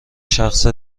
شخص